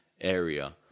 area